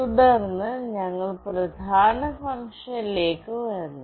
തുടർന്ന് ഞങ്ങൾ പ്രധാന ഫംഗ്ഷനിലേക്ക് വരുന്നു